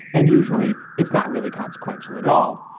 and usually it's not really consequential at at all.